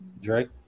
Drake